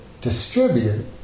distribute